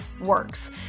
works